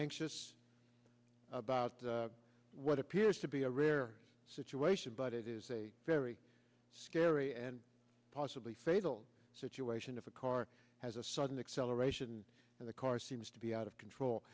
anxious about what appears to be a rare situation but it is a very scary and possibly fatal situation if a car has a sudden acceleration in the car seems to be out of control